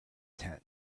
tent